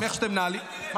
עם איך שאתם מנהלים --- טוב,